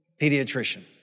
Pediatrician